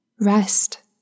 rest